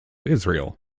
israel